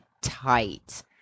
tight